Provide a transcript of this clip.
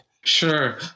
Sure